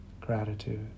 gratitude